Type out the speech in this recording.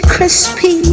Crispy